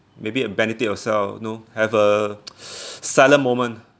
maybe uh meditate yourself know have a silent moment